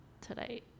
today